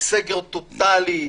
סגר טוטאלי,